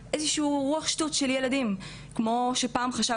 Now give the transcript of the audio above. זה קריטי בשביל לגרום להם להבין שיש